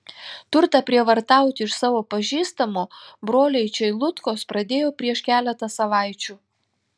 turtą prievartauti iš savo pažįstamo broliai čeilutkos pradėjo prieš keletą savaičių